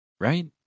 right